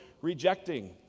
rejecting